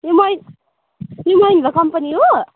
यो मइ यो महेन्द्र कम्पनी हो